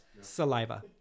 Saliva